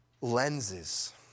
lenses